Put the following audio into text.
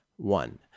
one